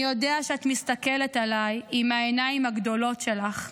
אני יודע שאת מסתכלת עליי עם העיניים הגדולות שלך,